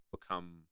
become